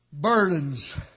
burdens